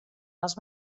les